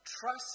trust